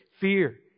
Fear